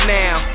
now